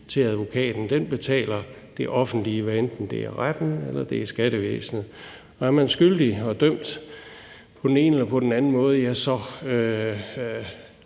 fra advokaten. Den betaler det offentlige, hvad enten det er ved retten, eller det er ved skattevæsenet. Er vedkommende blevet kendt skyldig og dømt på den ene eller den anden måde,